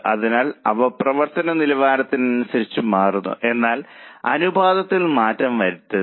അതിനാൽ അവ പ്രവർത്തന നിലവാരത്തിനനുസരിച്ച് മാറുന്നു എന്നാൽ അനുപാതത്തിൽ മാറ്റം വരുത്തരുത്